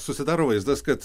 susidaro vaizdas kad